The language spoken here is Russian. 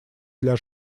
для